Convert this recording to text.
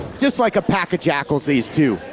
just like a pack of jackals, these two.